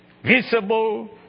Visible